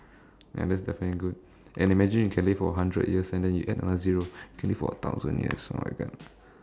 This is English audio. and that's definitely good and imagine you can live for hundred years and then you add another zero you can live for a thousand oh my god